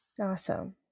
Awesome